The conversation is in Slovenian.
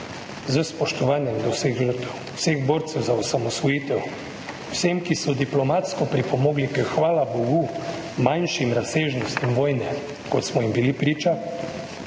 s spoštovanjem vseh žrtev, vseh borcev za osamosvojitev, vseh, ki so diplomatsko pripomogli k, hvala bogu, manjšim razsežnostim vojne, kot smo jim bili priča